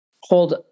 hold